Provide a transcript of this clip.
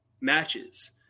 matches